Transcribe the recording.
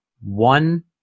one